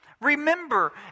Remember